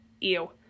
ew